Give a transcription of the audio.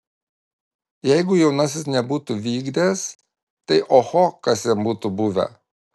jeigu jaunasis nebūtų vykdęs tai oho kas jam būtų buvę